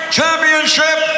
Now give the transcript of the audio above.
championship